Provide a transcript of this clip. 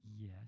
Yes